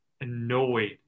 annoyed